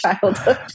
childhood